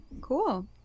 Cool